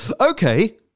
Okay